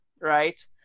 right